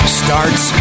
starts